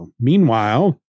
Meanwhile